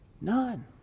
None